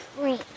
green